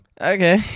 okay